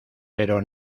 pero